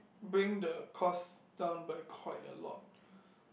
bring the cost down by quite a lot